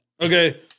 Okay